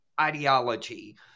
ideology